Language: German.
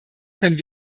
können